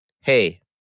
hey